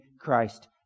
Christ